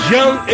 Young